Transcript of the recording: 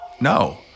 no